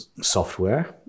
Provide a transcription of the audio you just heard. software